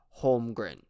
Holmgren